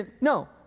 No